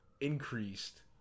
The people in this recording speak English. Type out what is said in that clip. increased